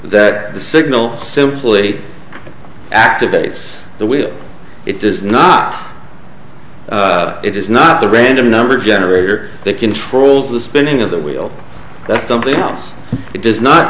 that the signal simply activates the way it does not it is not the random number generator that controls the spinning of the wheel that's something else it does not